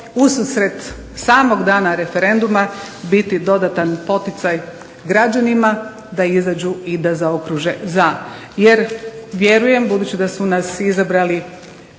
ususret samog dana referenduma biti dodatan poticaj građanima da izađu i da zaokruže za. Jer vjerujem, budući da su nas izabrali